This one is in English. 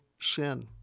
sin